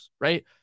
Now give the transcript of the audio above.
right